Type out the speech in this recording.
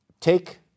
take